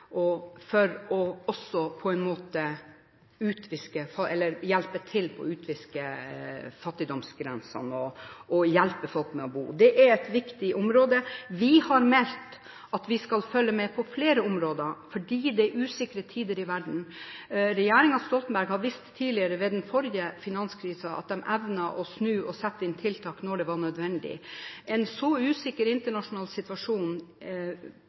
og også for å hjelpe til å viske ut fattigdomsgrensene og hjelpe folk med bolig. Det er et viktig område. Vi har meldt at vi skal følge med på flere områder fordi det er usikre tider i verden. Regjeringen Stoltenberg har tidligere vist, ved den forrige finanskrisen, at de evner å snu og sette inn tiltak når det er nødvendig. En så usikker internasjonal situasjon